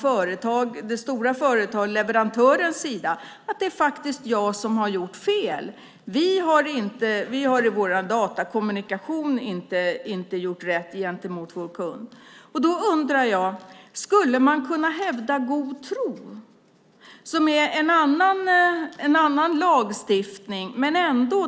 från det stora företagets sida, från leverantörens sida, säger: Det är jag som har gjort fel. Vi har i vår datakommunikation inte gjort rätt gentemot vår kund. Skulle man kunna hävda god tro - förvisso en annan lagstiftning men ändå?